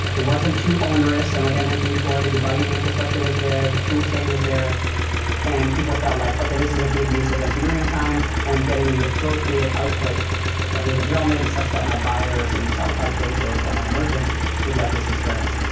it wasn't too onerous. and like i mentioned before, the debugging infrastructure was there, the tool chain was there and people felt like, okay, this is a good use of engineering time and i'm getting the appropriate output from native development such that my buyers in the shopify case or or my merchants would like this experience.